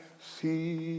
see